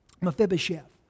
Mephibosheth